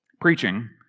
Preaching